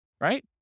right